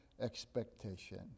expectation